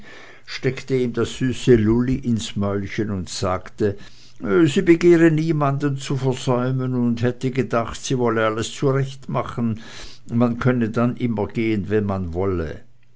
steckte ihm das süße lulli ins mäulchen und sagte sie begehre niemand zu versäumen und hätte gedacht sie wolle alles zurechtmachen man könne dann immer gehen wann man wolle